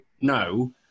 no